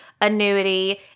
annuity